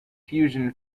fusion